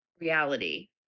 reality